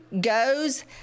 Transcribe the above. goes